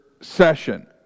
session